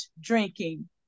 drinking